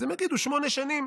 אז הם יגידו: שמונה שנים?